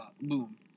boom